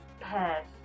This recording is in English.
pass